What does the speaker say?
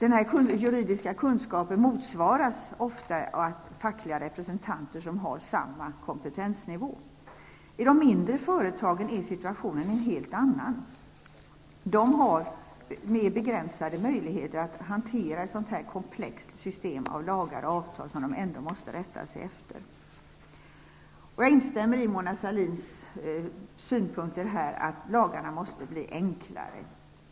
Den juridiska kunskapen motsvaras ofta av att det finns fackliga representanter på samma nivå. I de mindre företagen är situationen en helt annan. De har begränsade möjligheter att hantera de komplexa system av lagar och avtal som de ändå måste rätta sig efter. Jag instämmer i Mona Sahlins synpunkter att lagarna måste bli enklare.